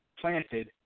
planted